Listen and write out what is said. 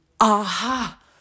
aha